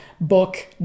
Book